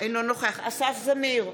אינו נוכח אסף זמיר,